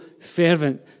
fervent